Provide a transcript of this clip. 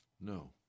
No